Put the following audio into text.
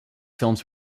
films